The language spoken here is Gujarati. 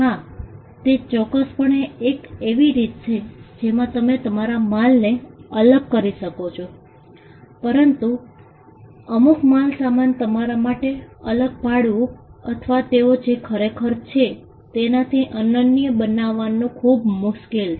હા તે ચોક્કસપણે એક એવી રીત છે જેમાં તમે તમારા માલને અલગ કરી શકો છો પરંતુ અમુક માલસામાન તમારા માટે અલગ પાડવું અથવા તેઓ જે ખરેખર છે તેનાથી અનન્ય બનાવવાનું ખૂબ મુશ્કેલ છે